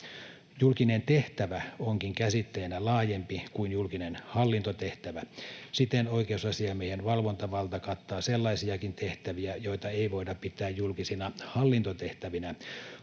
Julkinen tehtävä onkin käsitteenä laajempi kuin julkinen hallintotehtävä. Siten oikeusasiamiehen valvontavalta kattaa sellaisiakin tehtäviä, joita ei voida pitää julkisina hallintotehtävinä,